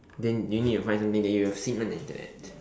then you need advise me that you have seen on the Internet